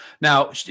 Now